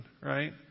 right